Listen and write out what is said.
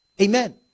amen